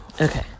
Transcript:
Okay